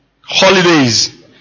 holidays